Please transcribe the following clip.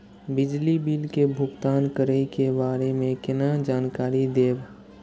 बिजली बिल के भुगतान करै के बारे में केना जानकारी देब?